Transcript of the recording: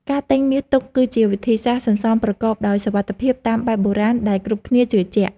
ការទិញមាសទុក គឺជាវិធីសាស្ត្រសន្សំប្រកបដោយសុវត្ថិភាពតាមបែបបុរាណដែលគ្រប់គ្នាជឿជាក់។